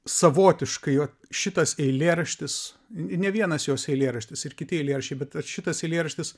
savotiškai vat šitas eilėraštis ne vienas jos eilėraštis ir kiti eilėraščiai bet vat šitas eilėraštis